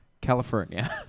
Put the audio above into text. California